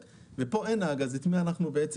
ופה אין נהג אז מי האחראי?